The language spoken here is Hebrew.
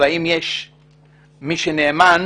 ואם יש מי שנאמן,